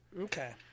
Okay